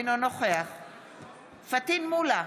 אינו נוכח פטין מולא,